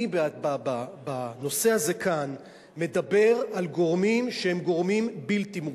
אני בנושא הזה כאן מדבר על גורמים שהם גורמים בלתי מורשים,